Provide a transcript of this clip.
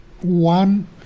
one